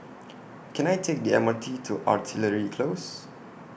Can I Take The M R T to Artillery Close